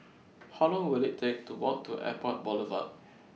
How Long Will IT Take to Walk to Airport Boulevard